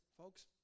folks